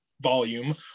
volume